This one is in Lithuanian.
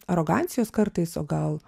arogancijos kartais o gal